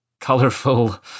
colorful